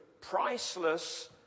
priceless